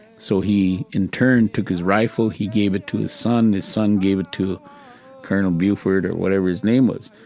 so he in turn took his rifle, he gave it to his son his son gave it to colonel buford or whatever his name was.